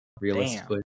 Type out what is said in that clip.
realistically